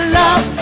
love